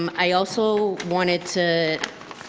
um i also wanted to